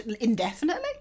Indefinitely